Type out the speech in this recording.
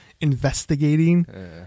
investigating